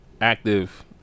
Active